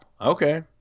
Okay